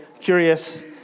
curious